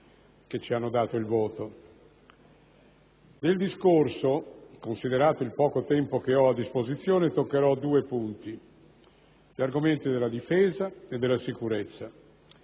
che ci hanno dato il voto. Nel discorso, considerato il poco tempo che ho a disposizione, toccherò due punti: gli argomenti della difesa e della sicurezza.